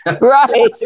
Right